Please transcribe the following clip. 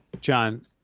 John